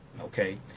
okay